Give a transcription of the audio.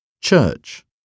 Church